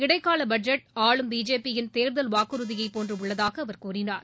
இடைக்கால பட்ஜெட் ஆளும் பிஜேபி யிள் தேர்தல் வாக்குறுதியைப் போன்று உள்ளதாக அவர் கூறினார்